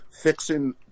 fixing